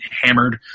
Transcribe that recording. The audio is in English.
hammered